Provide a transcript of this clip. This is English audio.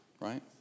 right